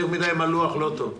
יותר מדי מלוח, לא טוב.